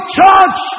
church